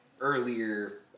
earlier